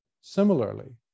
Similarly